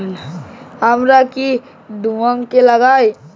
আমার কি কি ডকুমেন্ট লাগবে?